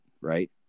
right